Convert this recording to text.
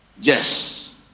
Yes